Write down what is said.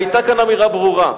היתה כאן אמירה ברורה,